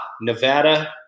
Nevada